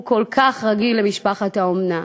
הוא כל כך רגיל למשפחת האומנה.